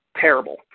terrible